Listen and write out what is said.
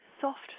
soft